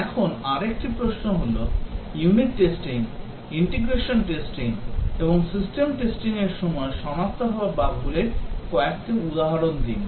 এখন আরেকটি প্রশ্ন হল ইউনিট টেস্টিং ইন্টিগ্রেশন টেস্টিং এবং সিস্টেম টেস্টিংয়ের সময় সনাক্ত হওয়া বাগগুলির কয়েকটি উদাহরণ দিন